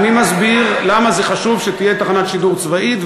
אני מסביר למה זה חשוב שתהיה תחנת שידור צבאית,